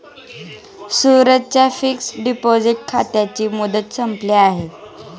सूरजच्या fixed deposit खात्याची मुदत संपली आहे